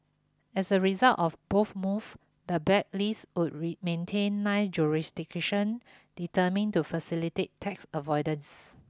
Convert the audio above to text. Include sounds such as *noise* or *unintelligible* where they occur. as a result of both move the blacklist would *unintelligible* maintain nine jurisdictions determine to facilitate tax avoidance